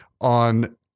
on